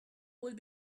will